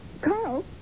Carl